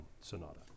sonata